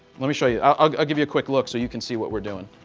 let me show you. i'll i'll give you a quick look, so you can see what we're doing.